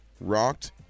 rocked